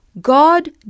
God